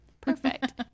Perfect